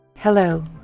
Hello